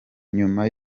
nyuma